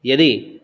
यदि